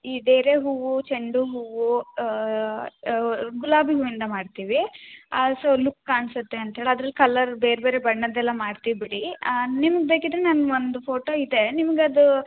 ಈ ಡೇರೆ ಹೂವು ಚೆಂಡು ಹೂವು ಗುಲಾಬಿ ಹೂವಿಂದ ಮಾಡ್ತೀವಿ ಆಲ್ಸೋ ಲುಕ್ ಕಾಣ್ಸತ್ತೆ ಅಂತೇಳಿ ಅದ್ರಲ್ಲಿ ಕಲ್ಲರ್ ಬೇರೆ ಬೇರೆ ಬಣ್ಣದ್ದೆಲ್ಲ ಮಾಡ್ತಿವಿ ಬಿಡಿ ನಿಮ್ಗೆ ಬೇಕಿದ್ದರೆ ನಾನು ಒಂದು ಫೋಟೋ ಇದೆ ನಿಮ್ಗೆ ಅದು